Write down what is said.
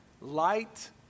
light